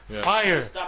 Fire